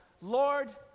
Lord